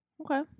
Okay